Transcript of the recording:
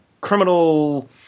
criminal